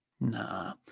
Nah